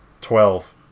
Twelve